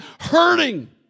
hurting